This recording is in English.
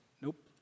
Nope